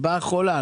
היא באה חולה,